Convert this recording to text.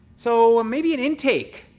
so, maybe an intake.